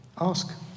Ask